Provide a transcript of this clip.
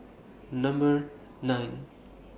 Number nine